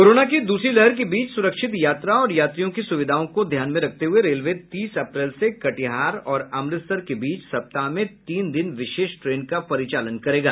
corona की दूसरी लहर के बीच सुरक्षित यात्रा और यात्रियों की सुविधाओं को ध्यान में रखते हुए रेलवे तीस अप्रैल से कटिहार और अमृतसर के बीच सप्ताह में तीन दिन विशेष ट्रेन का परिचालन करेगा